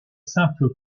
simples